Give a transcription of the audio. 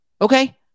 okay